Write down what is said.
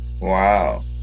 Wow